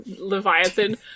Leviathan